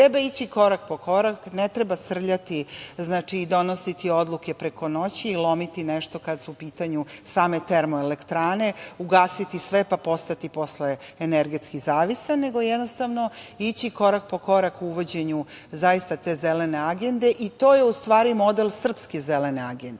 ići korak po korak, ne treba srljati i donositi odluke preko noći i lomiti nešto kada su u pitanju same termoelektrane, ugasiti sve, pa postati posle energetski zavisan, nego jednostavno ići korak po korak u uvođenju te Zzelene agende. To je, u stvari, model srpske zelene agende,